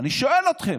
אני שואל אתכם: